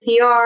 PR